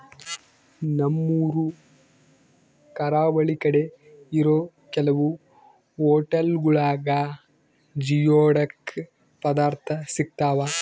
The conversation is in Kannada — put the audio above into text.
ನಮ್ಮೂರು ಕರಾವಳಿ ಕಡೆ ಇರೋ ಕೆಲವು ಹೊಟೆಲ್ಗುಳಾಗ ಜಿಯೋಡಕ್ ಪದಾರ್ಥ ಸಿಗ್ತಾವ